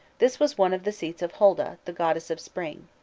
this was one of the seats of holda, the goddess of spring.